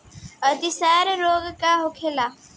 अतिसार रोग का होखे?